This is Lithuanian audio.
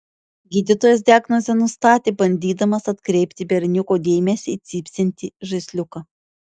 gydytojas diagnozę nustatė bandydamas atkreipti berniuko dėmesį į cypsintį žaisliuką